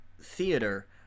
theater